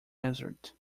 answered